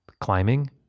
climbing